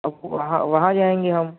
اب وہاں وہاں جائیں گے ہم